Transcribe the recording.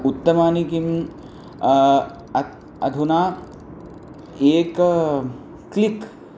उत्तमानि किम् अतः अधुना एकं क्लिक्